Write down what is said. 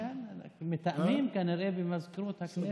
כן, מתאמים כנראה במזכירות הכנסת.